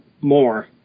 more